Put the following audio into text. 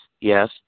yes